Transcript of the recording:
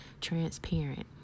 transparent